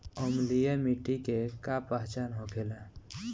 अम्लीय मिट्टी के का पहचान होखेला?